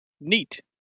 Neat